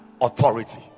authority